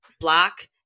block